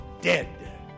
dead